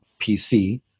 PC